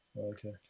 Okay